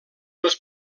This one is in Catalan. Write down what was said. els